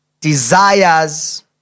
desires